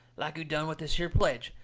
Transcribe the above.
like you done with this here pledge,